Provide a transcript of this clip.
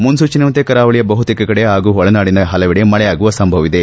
ಮುನ್ನೂಚನೆಯಂತೆ ಕರಾವಳಿಯ ಬಹುತೇಕ ಕಡೆ ಹಾಗೂ ಒಳನಾಡಿನ ಹಲವೆಡೆ ಮಳೆಯಾಗುವ ಸಂಭವವಿದೆ